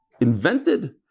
invented